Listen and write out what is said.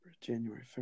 January